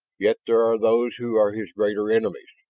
yet there are those who are his greater enemies.